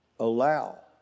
Allow